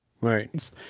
Right